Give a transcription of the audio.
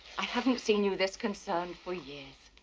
i haven't see you this concerned for years.